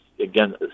Again